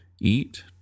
eat